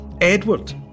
Edward